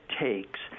takes